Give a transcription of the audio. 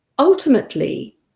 Ultimately